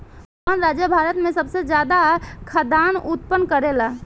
कवन राज्य भारत में सबसे ज्यादा खाद्यान उत्पन्न करेला?